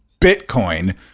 Bitcoin